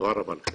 תודה רבה לכם.